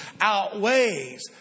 outweighs